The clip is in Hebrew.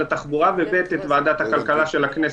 התחבורה וגם את ועדת הכלכלה של הכנסת.